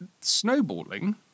snowballing